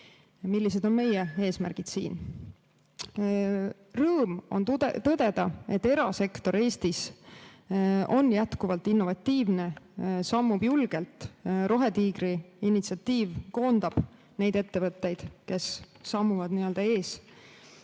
Millised on meie eesmärgid? Rõõm on tõdeda, et erasektor Eestis on jätkuvalt innovatiivne, sammub julgelt, rohetiigri initsiatiiv koondab neid ettevõtteid, kes sammuvad ees.